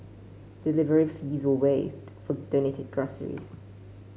delivery fees are waived for donated groceries